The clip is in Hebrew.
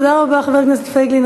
תודה רבה, חבר הכנסת פייגלין.